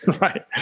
Right